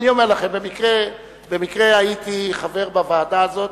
אני אומר לכם, במקרה הייתי חבר בוועדה הזאת.